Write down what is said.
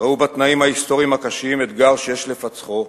ראו בתנאים ההיסטוריים הקשים אתגר שיש לפצחו,